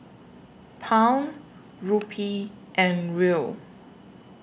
Pound Rupee and Riel